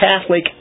Catholic